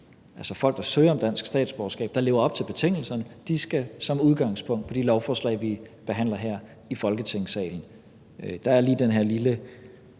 altså folk, der søger om dansk statsborgerskab – der lever op til betingelserne, som udgangspunkt skal på de lovforslag, vi behandler her i Folketingssalen. Der er lige den her lille